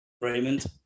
Raymond